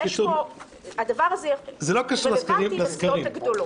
הדבר הזה רלוונטי לסיעות הגדולות.